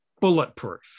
bulletproof